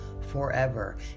Forever